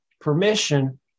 permission